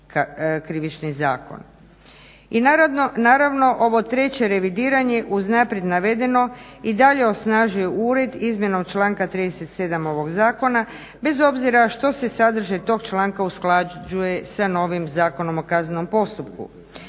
I naravno, ovo treće revidiranje uz naprijed navedeno i dalje osnažuje ured izmjenom članka 37. ovog zakona, bez obzira što se sadržaj tog članka usklađuje sa novim ZKP-om. Dakle, umjesto